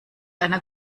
einer